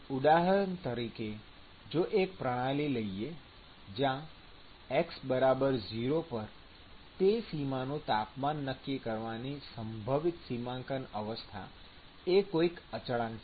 ઉદાહરણ તરીકે જો એક પ્રણાલી લઈએ જ્યાં x 0 પર તે સીમા નું તાપમાન નક્કી કરવાની સંભવિત સીમાંકન અવસ્થા એ કોઈક અચળાંક છે